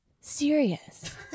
serious